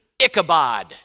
Ichabod